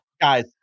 Guys